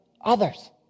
others